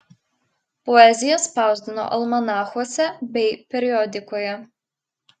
poeziją spausdino almanachuose bei periodikoje